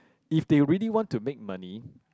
if they really want to make money